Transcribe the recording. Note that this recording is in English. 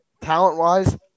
Talent-wise